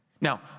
Now